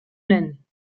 nennen